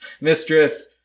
mistress